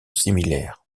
similaire